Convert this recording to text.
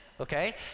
okay